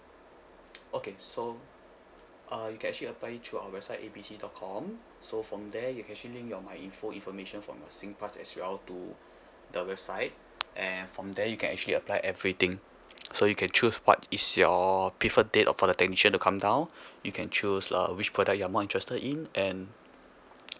okay so uh you can actually apply it through our website A B C dot com so from there you can actually link your my info information from your singpass as well to the website and from there you can actually apply everything so you can choose what is your preferred date of for the technician to come down you can choose uh which product you're more interested in and